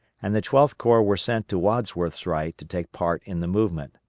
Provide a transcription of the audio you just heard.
and the twelfth corps were sent to wadsworth's right to take part in the movement.